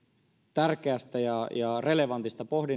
tärkeästä ja relevantista pohdinnasta